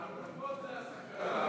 הארנבות, זה הסכנה.